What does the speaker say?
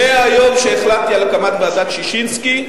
מהיום שהחלטתי על הקמת ועדת-ששינסקי,